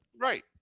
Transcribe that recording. Right